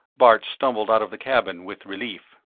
bart stumbled out of the cabin with relief.